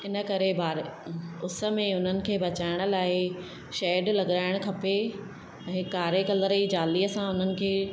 इन करे ॿार उस में उन्हनि खे बचाइण लाइ शैड लॻाइणु खपे ऐं कारे कलर जी जालीअ सां उन्हनि खे